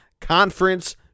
conference